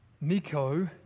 Nico